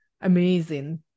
amazing